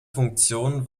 funktion